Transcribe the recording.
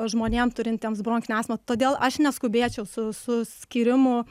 žmonėm turintiems bronchinę astmą todėl aš neskubėčiau su su skyrimu